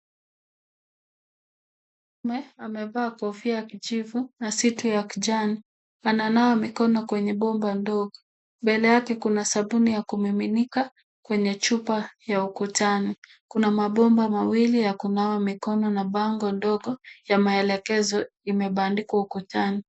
Mwanaume amevaa kofia ya kijivu na suti ya kijani. Ananawa mikono kwenye bomba ndogo. Mbele yake kuna sabuni ya kumiminika kwenye chupa ya ukutani. Kuna mabomba mawili ya kunawa mikono na bango ndogo ya maelekezo imebandikwa ukutani.